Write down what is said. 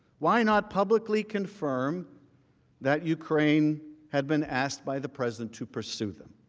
why not publicly confirm that ukraine had been asked by the president to pursue them.